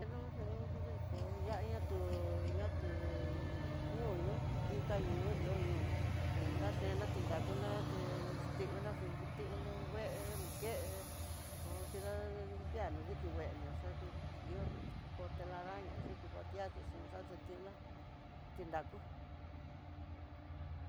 No xu kudiko ñaña tuú ñoño inka ñoo ihó ñoo, pero naxhena tinraku nate tinguina xú tiuno ngue no ke, hókeda di'á no diki ngueno xaku ihó ko telaraña xakukutiaxi xon xaxhitiona ti nraku.